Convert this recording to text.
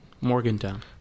Morgantown